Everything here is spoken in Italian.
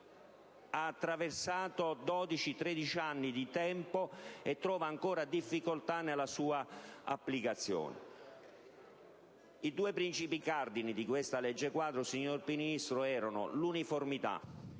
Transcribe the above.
attraversato 12-13 anni, trova ancora difficoltà nella sua applicazione. I principi cardine di questa legge quadro, signor Ministro, erano due.